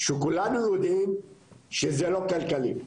שכולנו יודעים שזה לא כלכלי,